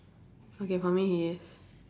okay for me he is